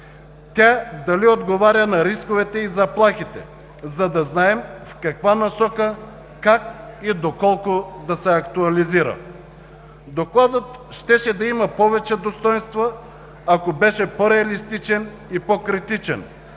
дали тя отговаря на рисковете и заплахите, за да знаем в каква насока, как и доколко да се актуализира. Докладът щеше да има повече достойнства, ако беше по-реалистичен и по-критичен,